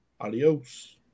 Adios